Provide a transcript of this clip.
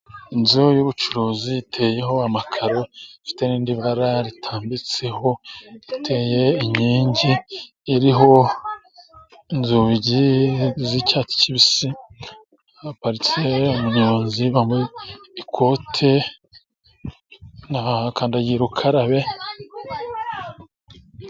Inzu y'ubucuruzi iteyeho amakaro ifite n'irindi bara ritambitseho, iteye inkingi iriho inzugi z'icyatsi kibisi, haparitse umunyonzi wambaye ikote na kandagira ukarabe.